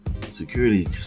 security